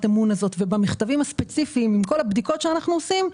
האמון הזאת ובמכתבים הספציפיים עם כל הבדיקות שאנחנו עושים,